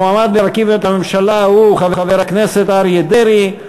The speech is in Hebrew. המועמד להרכיב את הממשלה הוא חבר הכנסת אריה דרעי.